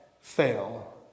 fail